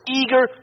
eager